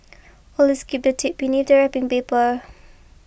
always keep the tape beneath the wrapping paper